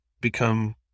become